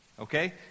Okay